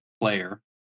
player